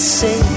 say